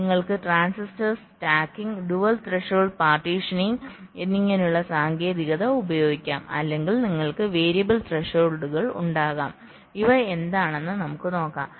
അതിനാൽ നിങ്ങൾക്ക് transistors stacking dual threshold partitioning എന്നിങ്ങനെയുള്ള സാങ്കേതികത ഉപയോഗിക്കാം അല്ലെങ്കിൽ നിങ്ങൾക്ക് വേരിയബിൾ ത്രെഷോൾഡുകൾ ഉണ്ടാകാം ഇവ എന്താണെന്ന് നമുക്ക് നോക്കാം